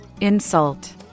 Insult